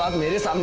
me this um